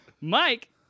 Mike